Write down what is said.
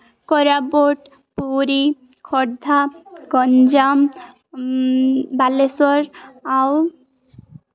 କୋରାପୁଟ ପୁରୀ ଖୋର୍ଦ୍ଧା ଗଞ୍ଜାମ ବାଲେଶ୍ୱର ଆଉ